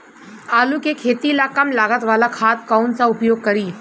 आलू के खेती ला कम लागत वाला खाद कौन सा उपयोग करी?